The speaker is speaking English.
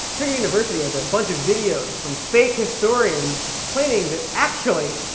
prager university has a bunch of videos from fake historians claiming that, actually,